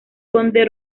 conde